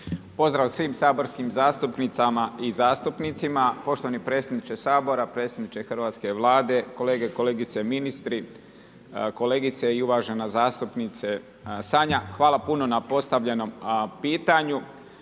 Pozdrav svim sabrskim zastupnicama i zastupnicima. Poštovani predsjedniče Sabora, predsjedniče Hrvatske vlade, kolege i kolegice ministri, kolegice i uvažena zastupnice Sanja, hvala puno na postavljenom pitanju.